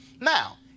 Now